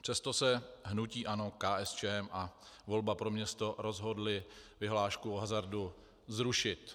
Přesto se hnutí ANO, KSČM a Volba pro město rozhodly vyhlášku o hazardu zrušit.